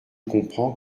comprends